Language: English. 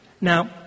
Now